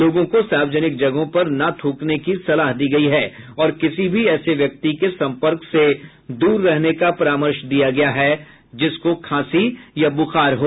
लोगों को सार्वजनिक जगहों पर न थ्रकने की सलाह दी गई है और किसी भी ऐसे व्यक्ति के संपर्क से दूर रहने का परामर्श दिया गया है जिसको खांसी या बुखार हो